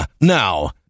Now